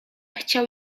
chciał